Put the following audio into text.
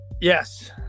yes